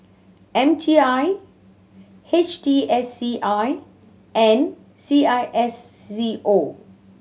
M T I H T S C I and C I S C O